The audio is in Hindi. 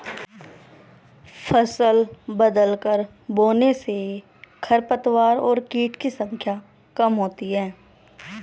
फसल बदलकर बोने से खरपतवार और कीट की संख्या कम होती है